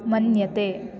मन्यते